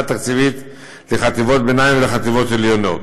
תקציבית לחטיבות הביניים ולחטיבות העליונות.